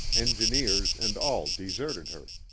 engineers and all deserted her.